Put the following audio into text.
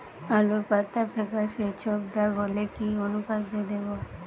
আলুর পাতা ফেকাসে ছোপদাগ হলে কি অনুখাদ্য দেবো?